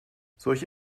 solche